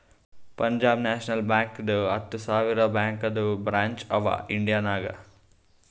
Punjab national ಬ್ಯಾಂಕ್ದು ಹತ್ತ ಸಾವಿರ ಬ್ಯಾಂಕದು ಬ್ರ್ಯಾಂಚ್ ಅವಾ ಇಂಡಿಯಾ ನಾಗ್